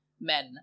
men